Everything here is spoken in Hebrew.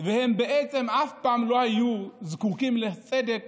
והם בעצם אף פעם לא היו זקוקים לצדק